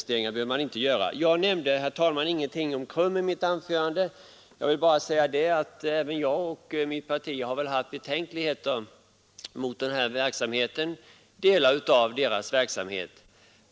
Torsdagen den Jag nämnde, herr talman, ingenting om KRUM i mitt anförande, men 26 april 1973 även jag och mitt parti har haft betänkligheter mot delar av dess Arslan till Kriminal. verksamhet.